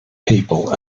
people